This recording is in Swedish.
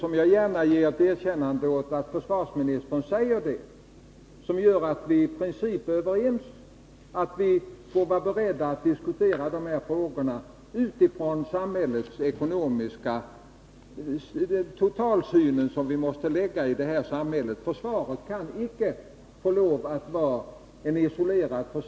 Jag vill gärna ge försvarsministern ett erkännande för vad han sade om att vi i princip är överens om att diskutera frågan utifrån den samhällsekonomiska situationen totalt sett och att försvarskostnaderna inte kan ses isolerade.